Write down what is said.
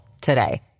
today